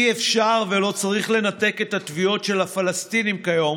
אי-אפשר ולא צריך לנתק את התביעות של הפלסטינים כיום